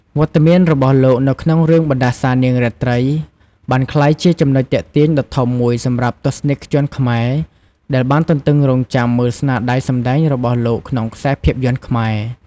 វត្តមានរបស់លោកនៅក្នុងរឿងបណ្ដាសានាងរាត្រីបានក្លាយជាចំណុចទាក់ទាញដ៏ធំមួយសម្រាប់ទស្សនិកជនខ្មែរ ដែលបានទន្ទឹងរង់ចាំមើលស្នាដៃសម្ដែងរបស់លោកក្នុងខ្សែភាពយន្តខ្មែរ ។